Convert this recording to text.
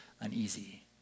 uneasy